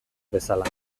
bezala